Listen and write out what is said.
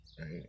right